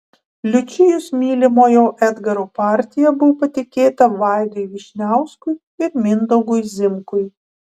liučijos mylimojo edgaro partija buvo patikėta vaidui vyšniauskui ir mindaugui zimkui